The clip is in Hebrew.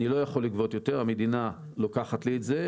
אני לא יכול לגבות יותר, המדינה לוקחת לי את זה.